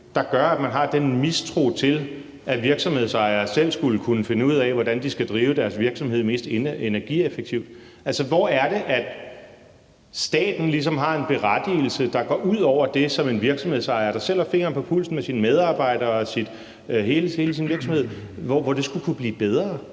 erhvervsliv, har den mistro til, at virksomhedsejere selv skulle kunne finde ud af, hvordan de skal drive deres virksomhed mest energieffektivt? Altså, hvor er det, staten ligesom har en berettigelse, der går ud over det, som en virksomhedsejer, der selv har fingeren på pulsen med sine medarbejdere og hele sin virksomhed, og hvor det skulle blive bedre?